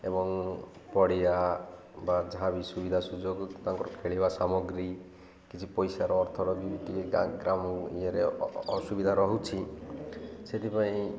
ଏବଂ ପଡ଼ିଆ ବା ଯାହା ବି ସୁବିଧା ସୁଯୋଗ ତାଙ୍କର ଖେଳିବା ସାମଗ୍ରୀ କିଛି ପଇସାର ଅର୍ଥର ବି ଗ୍ରାମ ଇଏରେ ଅସୁବିଧା ରହୁଛି ସେଥିପାଇଁ